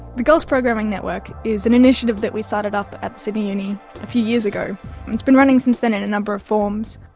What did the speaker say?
the girls programming network is an initiative that we started up at sydney uni a few years ago, and it's been running since then in a number of forms.